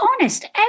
honest